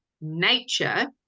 nature